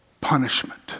punishment